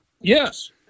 Yes